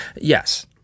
Yes